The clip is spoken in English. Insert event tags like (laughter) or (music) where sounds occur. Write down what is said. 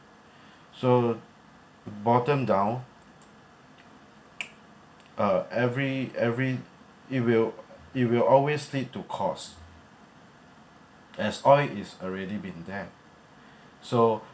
(breath) so bottom down (noise) uh every every it will it will always lead to costs as oil is already been there so